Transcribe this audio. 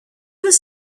was